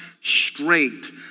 straight